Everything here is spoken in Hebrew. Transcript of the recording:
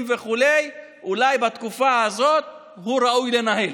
וכו'; אולי בתקופה הזאת הוא ראוי לנהל.